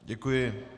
Děkuji.